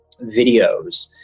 videos